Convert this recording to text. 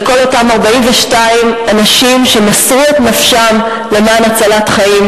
של כל אותם 42 אנשים שמסרו נפשם למען הצלת חיים.